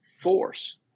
force